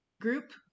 group